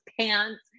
pants